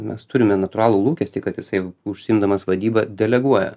mes turime natūralų lūkestį kad jisai užsiimdamas vadyba deleguoja